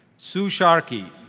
sue sharkey,